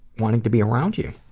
wanting to be around you.